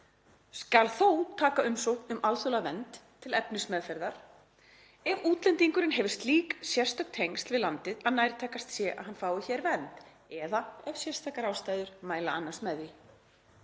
„skal þó taka umsókn um alþjóðlega vernd til efnismeðferðar ef útlendingurinn hefur slík sérstök tengsl við landið að nærtækast sé að hann fái hér vernd eða ef sérstakar ástæður mæla annars með því.